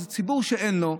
אז ציבור שאין לו,